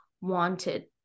wanted